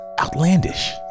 Outlandish